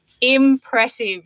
impressive